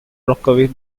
rockaway